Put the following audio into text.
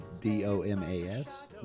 D-O-M-A-S